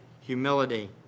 humility